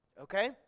okay